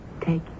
take